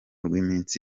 rw’iminsi